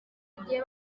bagiye